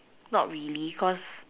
not really cause